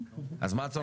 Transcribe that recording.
אז מה הצורך עכשיו?